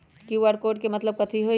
QR code के मतलब कथी होई?